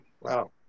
Wow